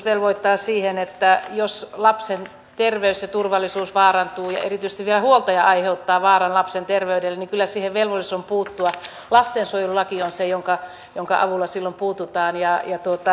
velvoittaa siihen että jos lapsen terveys ja turvallisuus vaarantuu ja erityisesti vielä huoltaja aiheuttaa vaaran lapsen terveydelle niin kyllä siihen velvollisuus on puuttua lastensuojelulaki on se jonka jonka avulla silloin puututaan ja